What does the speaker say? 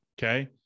Okay